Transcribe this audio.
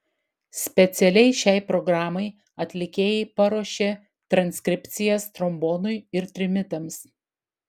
specialiai šiai programai atlikėjai paruošė transkripcijas trombonui ir trimitams